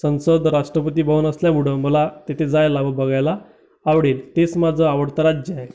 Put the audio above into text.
संसद राष्ट्रपती भवन असल्यामुळं मला तेथे जायला व बघायला आवडेल तेच माझा आवडतं राज्य आहे